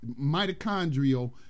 mitochondrial